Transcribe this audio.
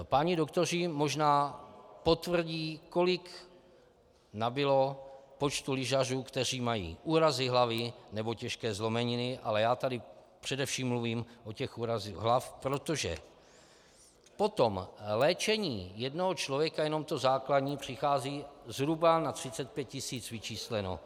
Páni doktoři možná potvrdí, kolik nabylo počtu lyžařů, kteří mají úrazy hlavy nebo těžké zlomeniny, ale já tady především mluvím o těch úrazech hlav, protože potom léčení jednoho člověka, jenom to základní, přichází zhruba na 35 tisíc vyčísleno.